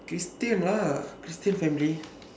christian lah christian family